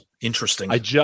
Interesting